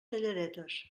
talladetes